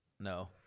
No